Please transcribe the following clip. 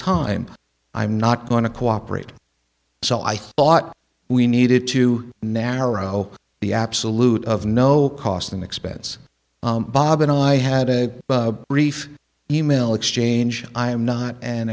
time i'm not going to cooperate so i thought we needed to narrow the absolute of no cost and expense bob and i had a brief e mail exchange i am not an